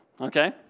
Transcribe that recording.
okay